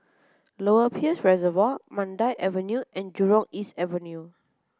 Lower Peirce Reservoir Mandai Avenue and Jurong East Avenue